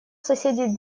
соседей